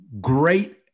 great